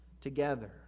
together